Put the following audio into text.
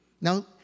Now